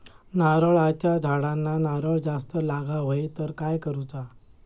नारळाच्या झाडांना नारळ जास्त लागा व्हाये तर काय करूचा?